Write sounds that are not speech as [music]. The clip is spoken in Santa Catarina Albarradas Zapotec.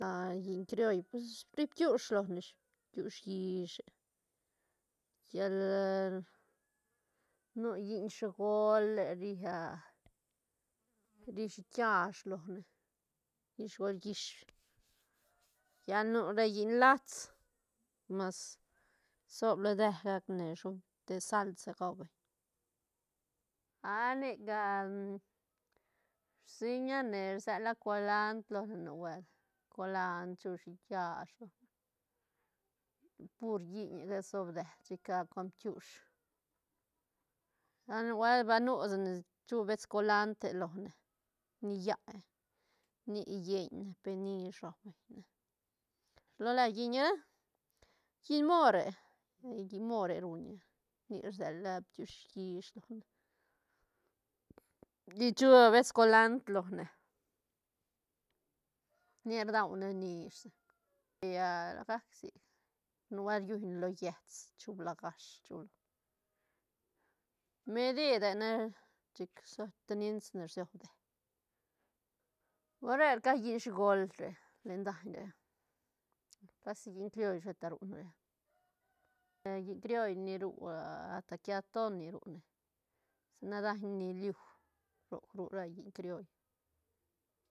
[hesitation] [noise] lliñ crioll pues ri bkiush lone ish ri bkiush yishe yal nu lliñ sgole ria [hesitation] ri shiit kiash lone lliñ sgol llish [noise] lla nu ra lliñ lats mas sobla lo deë gacne shob te salsa gau beñ a nic gal rsiñane rsela colnadr lone nubuelt colandr chu shiit kiash lone pur [noise] giñega sob deë chic [hesitation] con bkiush a nubuelt ba nu sane chu bets colandre lone ni ñäe nic lleñ ne pe nish rau beñ ne shilo la lliñga eh, lliñ more- lliñ more ruña nic rsela bkiush yish lone chic chu abeces colandr lone [noise] nic rdaune nish sa [unintelligible] la gac sic nubuelt riuñne lo yets chuc blagash chu lone medide ne chic [unintelligible] siod deë huire rca lliñ sgol re len daiñ re casi lliñ crioll sheta nu ne re [noise] lliñ crioll ni ru [hesitation] asta quiatoni ru ne [noise] sa nac daiñ ñiliu roc ru ra lliñ crioll